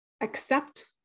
Accept